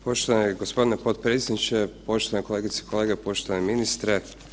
Poštovani gospodine potpredsjedniče, poštovane kolegice i kolege, poštovani ministre.